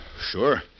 Sure